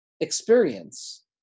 experience